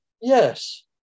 Yes